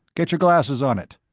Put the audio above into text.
get your glasses on it.